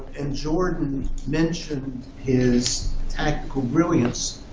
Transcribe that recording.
and jordan mentioned his tactical brilliance.